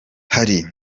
hari